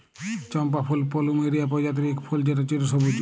চম্পা ফুল পলুমেরিয়া প্রজাতির ইক ফুল যেট চিরসবুজ